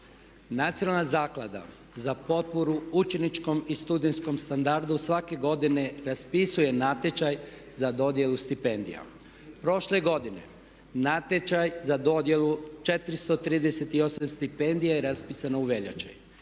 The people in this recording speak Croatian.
Nacionalna zaklada za potporu učeničkom i studentskom standardu svake godine raspisuje natječaj za dodjelu stipendija. Prošle godine natječaj za dodjelu 438 stipendija je raspisano u veljači.